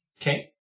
Okay